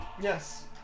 Yes